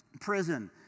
prison